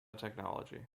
technology